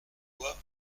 bois